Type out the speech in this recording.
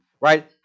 Right